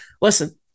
Listen